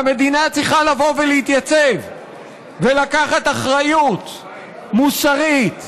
והמדינה צריכה לבוא ולהתייצב ולקחת אחריות מוסרית,